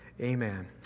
Amen